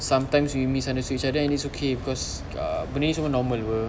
sometimes we misunderstood each other it's okay because uh benda ni semua normal [pe]